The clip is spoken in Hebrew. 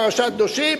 פרשת קדושים,